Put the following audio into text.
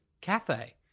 cafe